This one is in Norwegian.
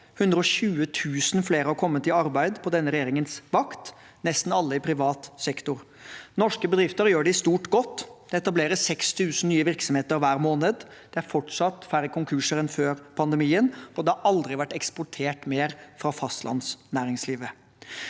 120 000 flere i arbeid på denne regjeringens vakt, nesten alle i privat sektor. Norske bedrifter gjør det i stort godt. Det etableres 6 000 nye virksomheter hver måned. Det er fortsatt færre konkurser enn før pandemien, og det har aldri vært eksportert mer fra fastlandsnæringslivet.